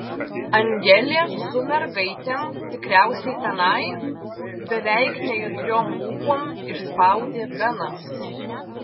angelė su mergaitėm tikriausiai tenai beveik nejudriom lūpom išspaudė benas